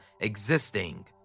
existing